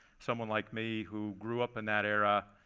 someone like me who grew up in that era,